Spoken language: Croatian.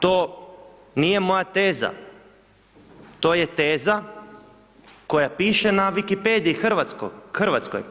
To nije moja teza, to je teza koja piše na Wikipediji Hrvatskoj.